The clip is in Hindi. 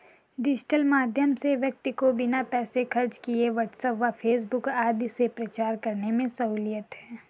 डिजिटल माध्यम से व्यक्ति को बिना पैसे खर्च किए व्हाट्सएप व फेसबुक आदि से प्रचार करने में सहूलियत है